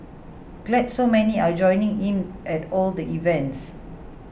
glad so many are joining in at all the events